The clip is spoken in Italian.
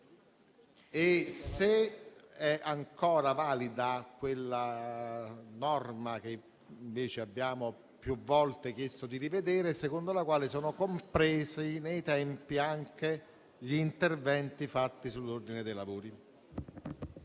e se è ancora valida quella norma, che abbiamo più volte chiesto di rivedere, secondo la quale sono compresi nei tempi anche gli interventi sull'ordine dei lavori.